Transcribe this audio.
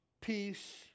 peace